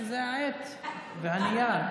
זה העט והנייר.